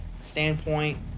standpoint